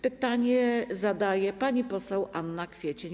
Pytanie zada pani poseł Anna Kwiecień.